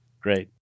Great